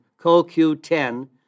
CoQ10